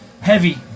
heavy